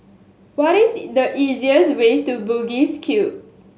what is the easiest way to Bugis Cube